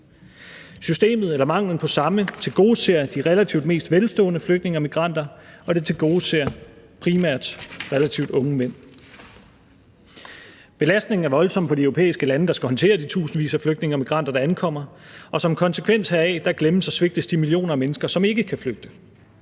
Systemet, eller manglen på samme, tilgodeser de relativt mest velstående flygtninge og migranter, og det tilgodeser primært relativt unge mænd. Belastningen er voldsom på de europæiske lande, der skal håndtere de tusindvis af flygtninge og migranter, der ankommer, og som en konsekvens heraf glemmes og svigtes de millioner af mennesker, som ikke kan flygte.